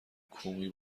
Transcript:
کومی